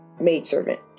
maidservant